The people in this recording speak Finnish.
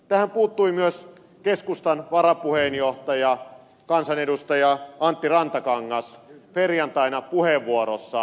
tähän puuttui myös keskustan varapuheenjohtaja kansanedustaja antti rantakangas perjantaina puheenvuorossaan